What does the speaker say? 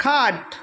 खाट